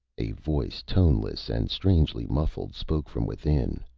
a voice, toneless and strangely muffled, spoke from within.